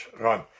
run